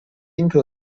winkel